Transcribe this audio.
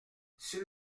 s’il